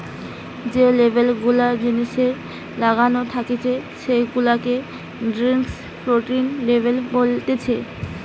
যে লেবেল গুলা জিনিসে লাগানো থাকতিছে সেগুলাকে ডেস্ক্রিপটিভ লেবেল বলতিছে